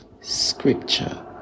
Scripture